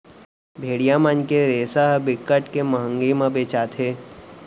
भेड़िया मन के रेसा ह बिकट के मंहगी म बेचाथे